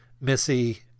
Missy